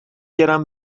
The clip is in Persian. گرم